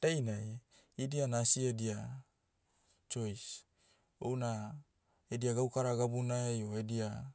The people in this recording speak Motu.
dainai, idia na asi edia, choice. Houna, edia gaukara gabunai o edia,